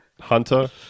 Hunter